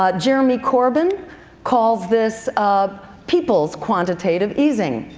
ah jeremy corbin calls this um peoples quantitative easing,